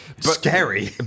Scary